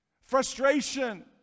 frustration